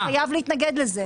אתה חייב להתנגד לזה.